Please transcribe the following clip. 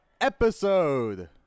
episode